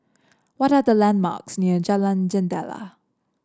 what are the landmarks near Jalan Jendela